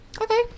okay